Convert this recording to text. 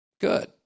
Good